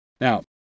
Now